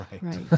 Right